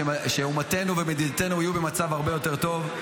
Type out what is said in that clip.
שאומתנו ומדינתנו יהיו במצב הרבה יותר טוב.